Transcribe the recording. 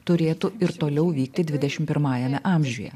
turėtų ir toliau vykti dvidešim pirmajame amžiuje